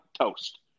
toast